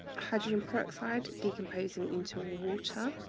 hydrogen peroxide decomposing into water,